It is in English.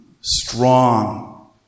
strong